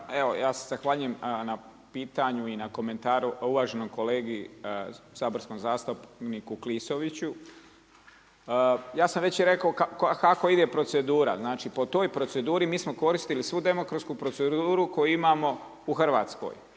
evo, ja se zahvaljujem na pitanju i na komentaru uvaženom kolegi saborskom zastupniku Klisoviću. Ja sam već rekao kako ide procedura, znači po toj proceduri mi smo koristili svu demokratsku proceduru koju imamo u Hrvatskoj,